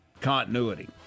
Continuity